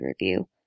review